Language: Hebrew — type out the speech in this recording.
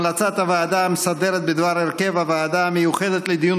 המלצת הוועדה המסדרת בדבר הרכב הוועדה המיוחדת לדיון